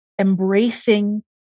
Embracing